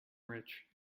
rich